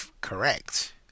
correct